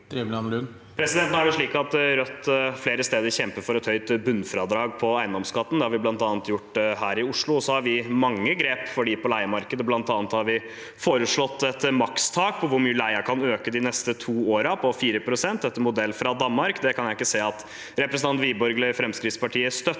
Det er slik at Rødt flere steder kjemper for et høyt bunnfradrag på eiendomsskatten. Det har vi bl.a. gjort her i Oslo. Så har vi mange grep for dem på leiemarkedet. Blant annet har vi foreslått et makstak på hvor mye leien kan øke de neste to årene, på 4 pst., etter modell fra Danmark. Det kan jeg ikke se at representanten Wiborg eller Fremskrittspartiet støttet